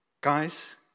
Guys